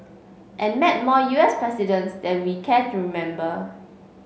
and met more U S presidents than we care to remember